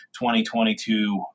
2022